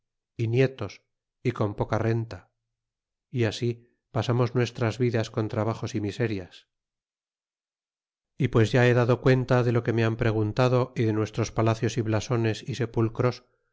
y nietos y con poca renta y así pasamos nuestras vidas con trabajos y miserias y pues ya he dado ellen ta de lo que me han preguntado y de nuestros palacios y blasones y sepulcros